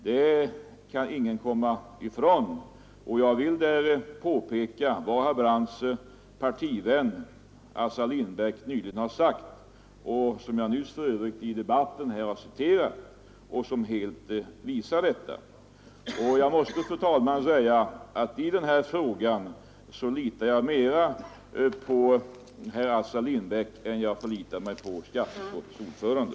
Det kan ingen komma ifrån, och jag vill påpeka vad herr Brandts partivän Assar Lindbeck nyligen har sagt och som jag för övrigt nyss har citerat. Jag måste, fru talman, säga att i den här frågan litar jag mera på herr Assar Lindbeck än jag förlitar mig på skatteutskottets ordförande.